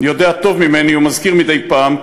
יודע טוב ממני ומזכיר מדי פעם,